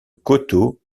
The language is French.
coteaux